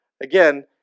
Again